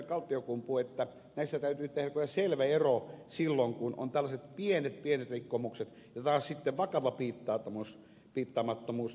kaltiokumpu että näissä täytyy tehdä kyllä selvä ero silloin kun on tällaiset pienet pienet rikkomukset ja taas sitten vakava piittaamattomuus liikenneturvallisuudesta